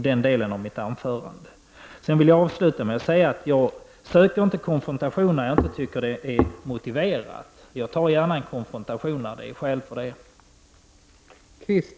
Jag vill avsluta mitt anförande med att säga att jag inte söker konfrontation när jag inte tycker att det är motiverat. Jag tar gärna en konfrontation när det finns skäl för det.